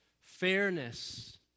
fairness